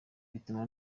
bituma